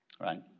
Right